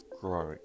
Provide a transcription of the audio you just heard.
growing